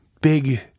big